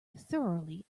thoroughly